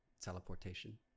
teleportation